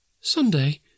Sunday